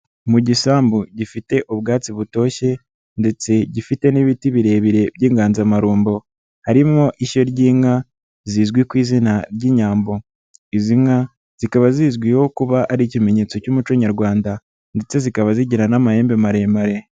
Mu gisambu gifite ubwatsi butoshye ndetse gifite n'ibiti birebire by'inganzamarumbo, harimwo ishyo ry'inka zizwi ku izina ry'inyambo, izi nka zikaba zizwiho kuba ari ikimenyetso cy'umuco nyarwanda ndetse zikaba zigira n'amahembe maremare.